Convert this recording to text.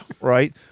right